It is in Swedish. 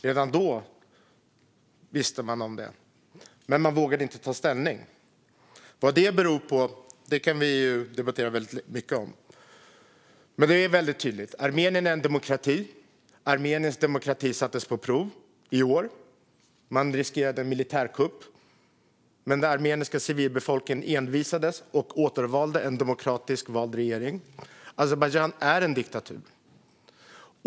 Redan då visste man det, men man vågade inte ta ställning. Vad detta beror på kan vi debattera mycket om, men det är tydligt. Armenien är en demokrati, och denna demokrati sattes på prov i år. Man riskerade en militärkupp, men den armeniska civilbefolkningen envisades och återvalde en demokratisk regering. Azerbajdzjan är en diktatur.